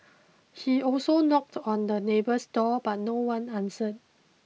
he also knocked on the neighbour's door but no one answered